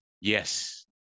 yes